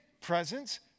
Presence